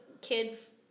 kids